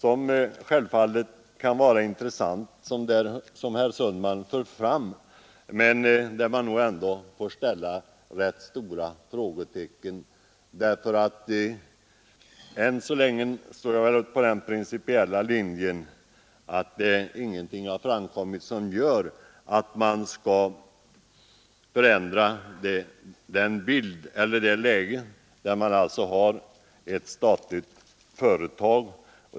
De synpunkter som herr Sundman för fram kan självfallet vara intressanta, men man får nog ändå sätta rätt stora frågetecken. Än så länge är jag på den principiella linjen att ingenting har framkommit som motiverar en förändring av rådande läge, där vi har ett statligt företag.